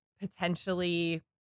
potentially